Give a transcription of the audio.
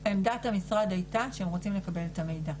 עמדת המשרד הייתה שהם רוצים לקבל את המידע.